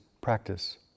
practice